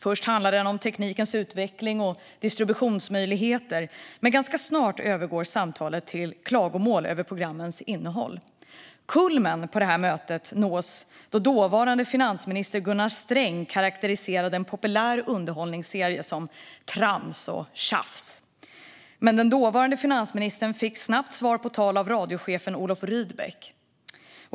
Först handlar det om teknikens utveckling och om distributionsmöjligheter, men ganska snart övergår samtalet till klagomål över programmens innehåll. Kulmen på mötet nåddes då dåvarande finansministern Gunnar Sträng karakteriserade en populär underhållningsserie som "trams och tjafs". Men den dåvarande finansministern fick svar på tal av radiochefen Olof Rydbeck.